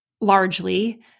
largely